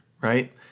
right